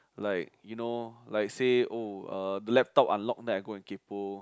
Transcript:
like you know like say oh uh the laptop unlock then I go kaypoh